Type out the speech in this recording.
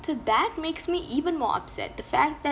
so that makes me even more upset the fact that